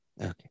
Okay